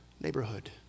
neighborhood